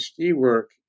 work